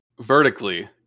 vertically